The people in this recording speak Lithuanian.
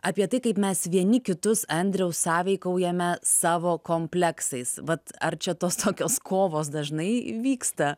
apie tai kaip mes vieni kitus andriau sąveikaujame savo kompleksais vat ar čia tos tokios kovos dažnai vyksta